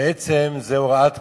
בעצם זה הוראת קבע.